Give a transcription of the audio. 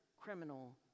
criminal